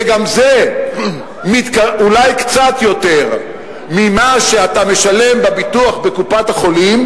וגם זה אולי קצת יותר ממה שאתה משלם בביטוח-בקופת החולים,